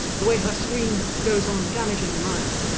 the way her scream goes on damaging the mind,